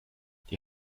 die